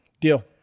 Deal